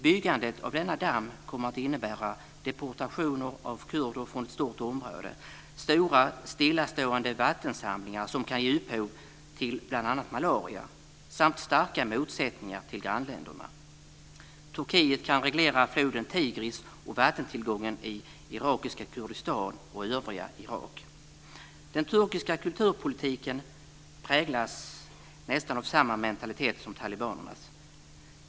Byggandet av denna damm kommer att innebära deportationer av kurder från ett stort område, stora stillastående vattensamlingar som kan ge upphov till bl.a. malaria samt starka motsättningar till grannländerna. Turkiet kan reglera floden Tigris och vattentillgången i irakiska Kurdistan och övriga Irak. Den turkiska kulturpolitiken präglas nästan av samma mentalitet som talibanernas.